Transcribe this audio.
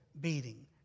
beating